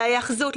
להיאחזות,